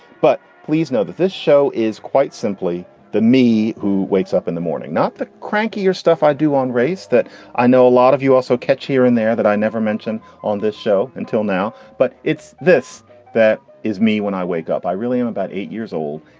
but please know that this show is quite simply the me who wakes up in the morning, not the cranky or stuff i do on race that i know a lot of you also catch here and there that i never mentioned on this show until now but it's this that is me when i wake up. i really am about eight years old.